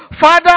Father